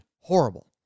horrible